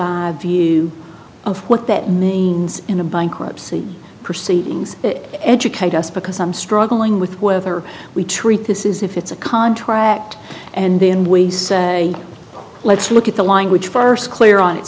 eagles view of what that means in a bankruptcy proceedings educate us because i'm struggling with whether we treat this is if it's a contract and then we say let's look at the language first clear on it